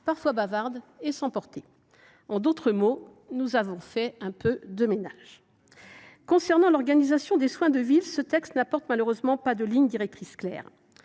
parfois bavardes et sans portée. En d’autres mots, nous avons fait un peu de ménage… Sur l’organisation des soins de ville, ce texte n’apporte malheureusement pas de ligne directrice claire.